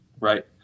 right